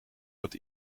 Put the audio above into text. dat